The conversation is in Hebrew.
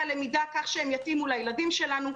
הלמידה כך שהם יתאימו לילדים שלנו.